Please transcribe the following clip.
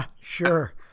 sure